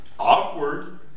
Awkward